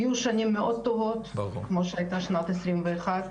יהיו שנים מאוד טובות כמו שהייתה שנת 2021,